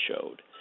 showed